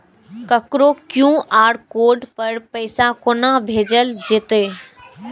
ककरो QR code पर पैसा कोना भेजल जेतै?